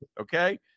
Okay